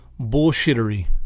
bullshittery